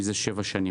מזה שבע שנים.